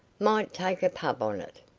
might take a pub on it.